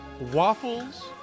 waffles